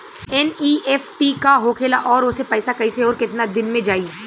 NEFT का होखेला और ओसे पैसा कैसे आउर केतना दिन मे जायी?